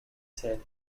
said